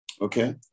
Okay